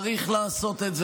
צריך לעשות את זה.